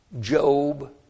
Job